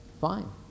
Fine